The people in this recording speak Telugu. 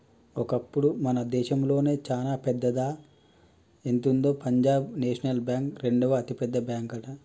ఒకప్పుడు మన దేశంలోనే చానా పెద్దదా ఎంతుందో పంజాబ్ నేషనల్ బ్యాంక్ రెండవ అతిపెద్ద బ్యాంకట